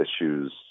issues